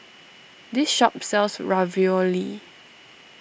this shop sells Ravioli